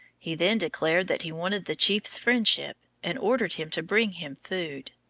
he then declared that he wanted the chief's friendship, and ordered him to bring him food.